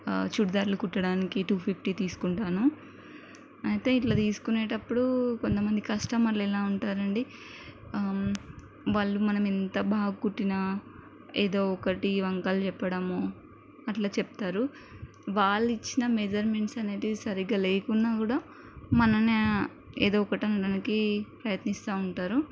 చూడిదార్లు కుట్టడానికి two fifty తీసుకుంటాను అయితే ఇట్లా తీసుకునేటప్పుడు కొంతమంది కస్టమర్లు ఇలా ఉంటారండి వాళ్ళు మనం ఎంత బాగా కుట్టినా ఏదొకటి వంకలు చెప్పడము అట్లా చెప్తారు వాళ్ళు ఇచ్చిన మెజర్మెంట్స్ అనేటివి సరిగ్గా లేకున్నా కూడా మననే ఏదొకటి అనడానికి ప్రయత్నిస్తూ ఉంటారు